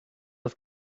das